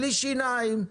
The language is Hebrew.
בלי שיניים,